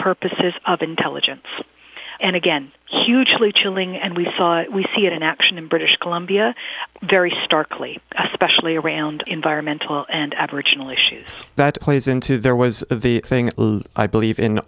purposes of intelligence and again hugely chilling and we saw we see it in action in british columbia very starkly especially around environmental and aboriginal issues that plays into there was the thing i believe in